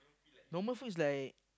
normal food is like